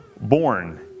born